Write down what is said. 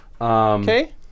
Okay